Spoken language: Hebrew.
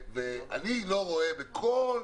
אני לא רואה בכל